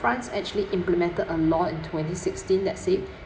france actually implemented a law in twenty sixteen that said